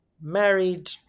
married